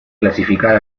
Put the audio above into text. clasificar